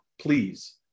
Please